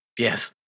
Yes